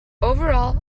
overall